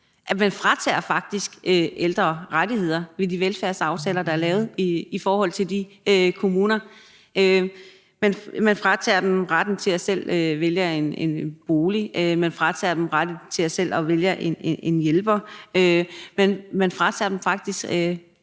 at man faktisk fratager ældre rettigheder med de velfærdsaftaler, der er lavet i de kommuner? Man fratager dem retten til selv at vælge en bolig. Man fratager dem retten til selv at vælge en hjælper. Man fratager dem nogle